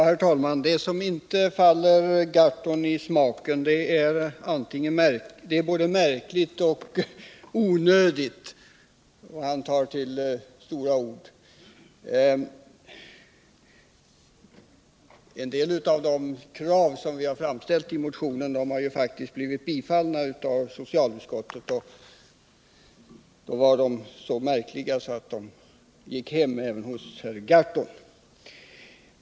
Herr talman! Det som inte faller Per Gahrton i smaken anser han vara både märkligt och onödigt. Han tar gärna till stora ord. Men en del av de krav som vi framställt i vår motion har faktiskt blivit tillstyrkta av socialutskottet, och då var de tydligen så märkliga att de gick hem även hos herr Gahrton.